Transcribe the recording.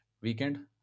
weekend